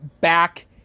back